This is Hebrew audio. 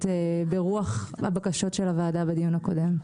ברוח הבקשות של הוועדה בדיון הקודם.